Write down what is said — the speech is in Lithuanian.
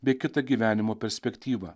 bei kitą gyvenimo perspektyvą